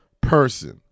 person